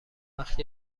وقت